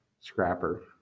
Scrapper